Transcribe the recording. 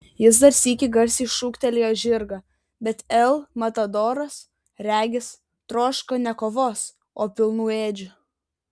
jis dar sykį garsiai šūktelėjo žirgą bet el matadoras regis troško ne kovos o pilnų ėdžių